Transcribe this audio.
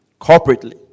Corporately